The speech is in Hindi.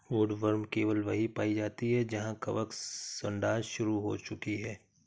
वुडवर्म केवल वहीं पाई जाती है जहां कवक सड़ांध शुरू हो चुकी है